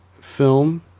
film